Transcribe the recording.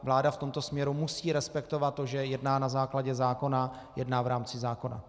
Vláda v tomto směru musí respektovat to, že jedná na základě zákona, jedná v rámci zákona.